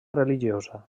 religiosa